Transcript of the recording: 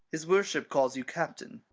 his worship calls you, captain.